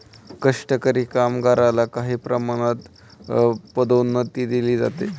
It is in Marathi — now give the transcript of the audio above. कष्टकरी कामगारला काही प्रमाणात पदोन्नतीही दिली जाते